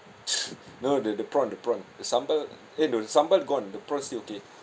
no the the prawn the prawn sambal eh no sambal gone the prawn still okay